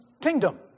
kingdom